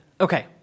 Okay